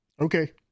okay